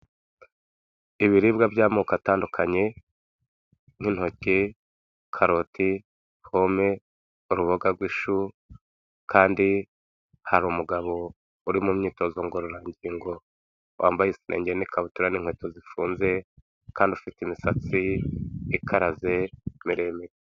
Ibiribwa by'amoko atandukanye n'intoryi, karoti, pome uruboga rw'ishu kandi hari umugabo uri mu myitozo ngororarangingo, wambaye isengeri n'ikabutura n'inkweto zifunze kandi ufite imisatsi ikaraze miremire.